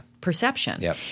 perception